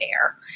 air